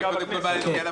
כחבילה.